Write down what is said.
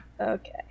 Okay